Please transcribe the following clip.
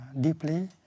deeply